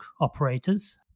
operators